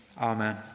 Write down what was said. amen